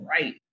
right